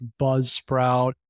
Buzzsprout